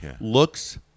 looks